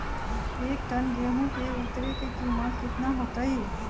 एक टन गेंहू के उतरे के कीमत कितना होतई?